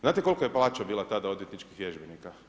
Znate kolika je plaća bila tada odvjetničkih vježbenika?